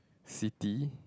city